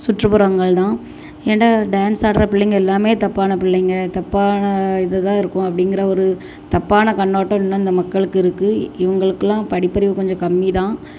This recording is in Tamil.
சுற்றுப்புறங்கள் தான் ஏன்டா டான்ஸ் ஆடுகிற பிள்ளைங்க எல்லாமே தப்பான பிள்ளைங்க தப்பான இதை தான் இருக்கும் அப்படிங்கிற ஒரு தப்பான கண்ணோட்டம் இன்னும் இந்த மக்களுக்கு இருக்குது இவங்களுக்கெல்லாம் படிப்பறிவு கொஞ்சம் கம்மி தான்